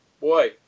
boy